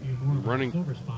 running